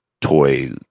toy